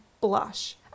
blush